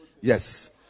Yes